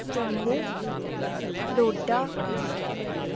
Jammu Doda